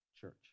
Church